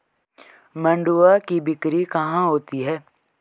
मंडुआ की बिक्री कहाँ होती है?